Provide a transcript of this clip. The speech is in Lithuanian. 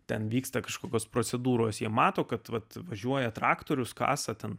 ten vyksta kažkokios procedūros jie mato kad vat važiuoja traktorius kasa ten